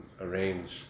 arrange